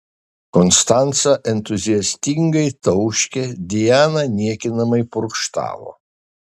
konstanca entuziastingai tauškė diana niekinamai purkštavo